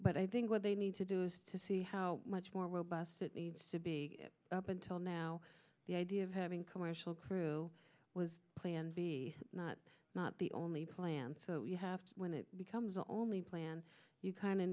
but i think what they need to do is to see how much more robust it needs to be up until now the idea of having commercial crew was plan b not the only plan so you have to when it becomes the only plan you kind